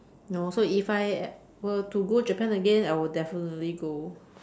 no so if I were to go Japan again I will definitely go